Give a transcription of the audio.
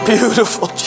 Beautiful